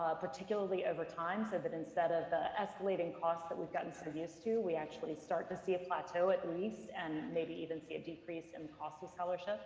ah particularly over time so that instead of the escalating costs that we've gotten sort of used to, we actually start to see a plateau at least, and maybe even see a decrease in cost of scholarship